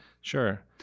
Sure